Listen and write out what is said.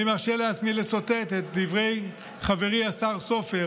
אני מרשה לעצמי לצטט את דברי חברי השר סופר